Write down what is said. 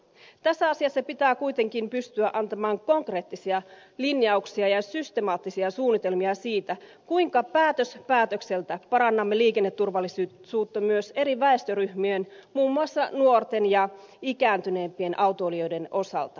tässä asiassa pitää kuitenkin pystyä antamaan konkreettisia linjauksia ja systemaattisia suunnitelmia siitä kuinka päätös päätökseltä parannamme liikenneturvallisuutta myös eri väestöryhmien muun muassa nuorten ja ikääntyneempien autoilijoiden osalta